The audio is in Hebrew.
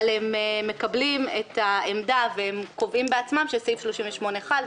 אבל הם מקבלים את העמדה והם קובעים בעצמם שסעיף 38 חל.